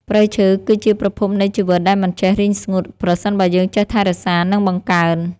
ព្រៃឈើ គឺជាប្រភពនៃជីវិតដែលមិនចេះរីងស្ងួតប្រសិនបើយើងចេះថែរក្សា និងបង្កើន។